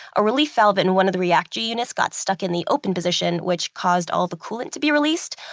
a relief valve in one of the reactor units got stuck in the open position, which caused all the coolant to be released.